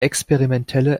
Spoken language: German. experimentelle